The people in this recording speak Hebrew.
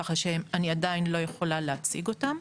כך שאני עדיין לא יכולה להציג אותם.